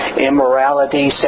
Immorality